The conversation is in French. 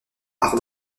art